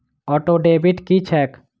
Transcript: Auto debit की छैक?